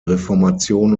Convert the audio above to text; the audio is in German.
reformation